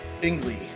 Bingley